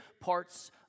parts